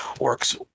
works